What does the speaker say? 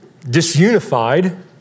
disunified